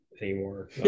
anymore